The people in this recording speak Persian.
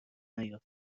نیاد